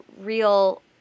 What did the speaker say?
real